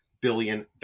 billion